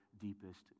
deepest